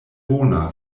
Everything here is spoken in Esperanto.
bona